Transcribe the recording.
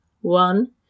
one